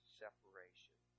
separation